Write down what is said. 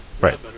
Right